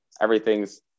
Everything's